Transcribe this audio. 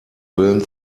willen